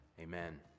amen